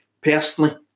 Personally